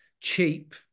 cheap